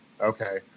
Okay